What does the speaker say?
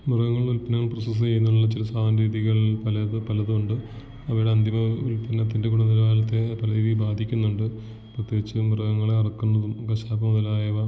മൃഗങ്ങളുടെ ഉൽപ്പന്നങ്ങൾ പ്രോസസ് ചെയ്യുന്നതിനുള്ള ചില സാങ്കേതികവിദ്യകൾ പലതും ഉണ്ട് അവയുടെ അന്തിമ ഉൽപ്പന്നത്തിൻ്റെ ഗുണനിലവാരത്തെ പല രീതിയിൽ ബാധിക്കുന്നുണ്ട് പ്രത്യേകിച്ച് മൃഗങ്ങളെ അറക്കുന്നതും കശാപ്പ് മുതലായവ